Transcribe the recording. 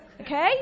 okay